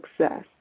success